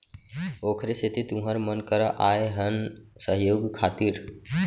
ओखरे सेती तुँहर मन करा आए हन सहयोग खातिर